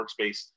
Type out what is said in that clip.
workspace